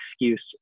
excuse